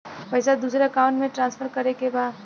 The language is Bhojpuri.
पैसा दूसरे अकाउंट में ट्रांसफर करें के बा?